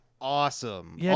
awesome